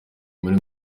muri